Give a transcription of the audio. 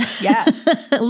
Yes